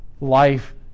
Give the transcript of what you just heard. life